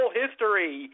history